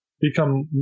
become